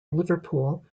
liverpool